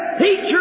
teacher